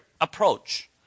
approach